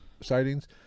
sightings